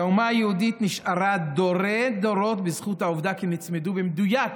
האומה היהודית נשארה דורי-דורות בזכות העובדה כי נצמדו במדויק